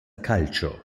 calcio